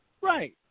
Right